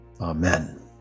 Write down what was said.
Amen